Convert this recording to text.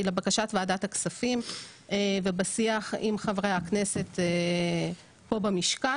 לבקשת ועדת הכספים ובשיח עם חברי הכנסת פה במשכן